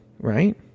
Right